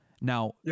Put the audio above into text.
Now